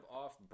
off